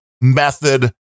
method